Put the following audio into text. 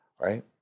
right